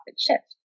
shift